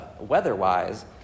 weather-wise